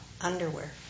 underwear